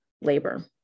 labor